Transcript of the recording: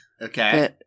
okay